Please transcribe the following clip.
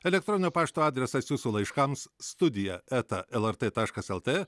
elektroninio pašto adresas jūsų laiškams studija eta lrt taškas lt